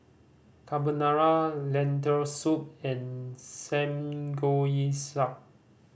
Carbonara Lentil Soup and Samgeyopsal